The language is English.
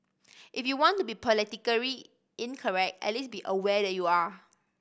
if you want to be politically incorrect at least be aware that you are